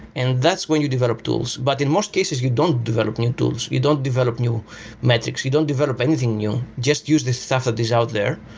and that's when you develop tools. but in most cases, you don't develop new tools. you don't develop new metrics. you don't anything new. just use this stuff that is out there,